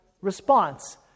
response